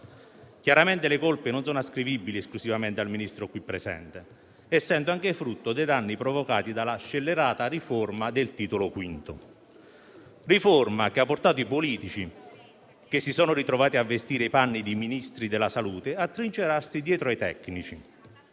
Chiaramente, le colpe non sono ascrivibili esclusivamente al Ministro qui presente, essendo anche frutto dei danni provocati dalla scellerata riforma del Titolo V, riforma che ha portato i politici che si sono ritrovati a vestire i panni di Ministri della salute a trincerarsi dietro ai tecnici